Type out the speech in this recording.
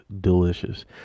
delicious